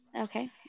okay